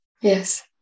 Yes